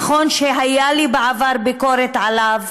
נכון שהייתה לי בעבר ביקורת עליו,